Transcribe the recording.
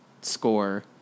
score